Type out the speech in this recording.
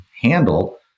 handle